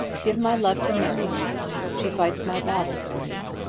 give my love to mary. i hope she fights my battle for me.